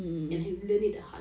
and learn it the hard way